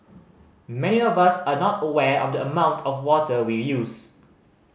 many of us are not aware of the amount of water we use